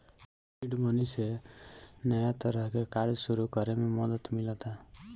seed money से नया तरह के कार्य सुरू करे में मदद मिलता